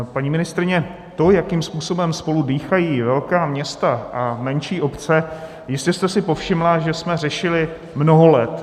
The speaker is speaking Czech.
Paní ministryně, to, jakým způsobem spolu dýchají velká města a menší obce, jistě jste si povšimla, že jsme řešili mnoho let.